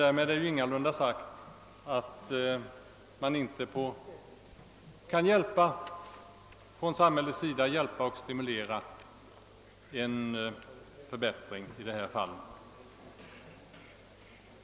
Därmed är emellertid ingalunda sagt, att det inte även skulle vara samhällets sak att hjälpa till och stimulera till en vidgad företagsdemokrati.